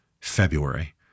February